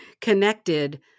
connected